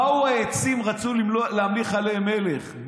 באו העצים, רצו להמליך עליהם מלך.